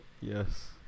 Yes